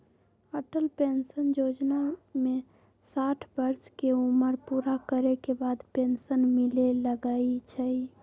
Atal pension जोजना में साठ वर्ष के उमर पूरा करे के बाद पेन्सन मिले लगैए छइ